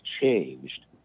changed